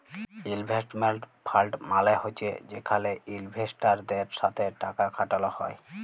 investment fund মালে হছে যেখালে ইলভেস্টারদের সাথে টাকা খাটাল হ্যয়